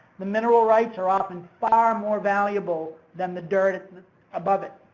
the mineral rights are often far more valuable than the dirt above it.